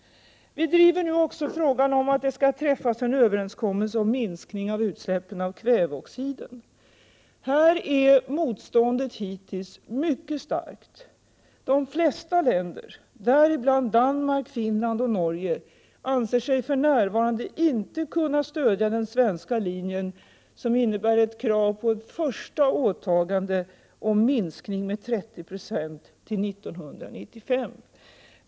Vi driver nu också frågan om att det skall träffas en överenskommelse om minskning av utsläppen av kväveoxider. Här har motståndet hittills varit mycket starkt. De flesta länder, däribland Danmark, Finland och Norge, anser sig för närvarande inte kunna stödja den svenska linjen, som innebär ett krav på ett första åtagande om minskning med 30 96 till 1995.